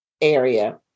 area